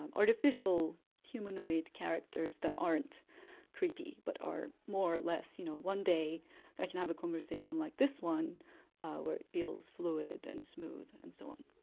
artificial humanoid characters that aren't creepy but are more or less, you know, one day i can have a conversation like this one where it feels fluid and smooth and so on.